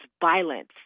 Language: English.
violence